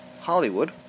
Hollywood